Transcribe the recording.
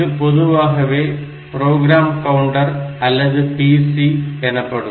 இது பொதுவாகவே program counter அல்லது PC எனப்படும்